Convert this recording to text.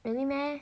really meh